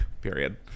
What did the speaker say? Period